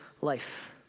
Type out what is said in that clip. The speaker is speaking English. life